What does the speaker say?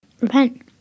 Repent